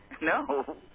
no